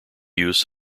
use